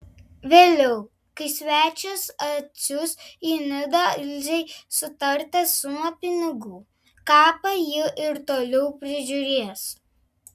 vėliau kai svečias atsiųs į nidą ilzei sutartą sumą pinigų kapą ji ir toliau prižiūrės